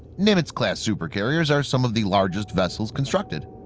nimitz class supercarriers are some of the largest vessels constructed.